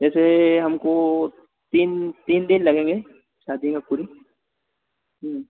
जैसे हमको तीन तीन दिन लगेंगे शादी का पूरी कोई नहीं